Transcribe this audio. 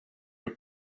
your